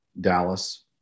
Dallas